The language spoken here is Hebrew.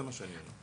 זה מה שאני אומר.